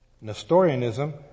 Nestorianism